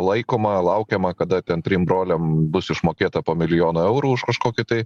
laikoma laukiama kada ten trim broliam bus išmokėta po milijoną eurų už kažkokį tai